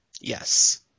Yes